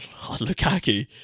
Lukaku